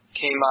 came